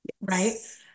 right